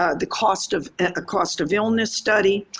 ah the cost of a cost of illness study,